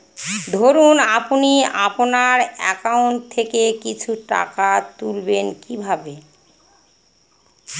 ধরুন আপনি আপনার একাউন্ট থেকে কিছু টাকা তুলবেন কিভাবে?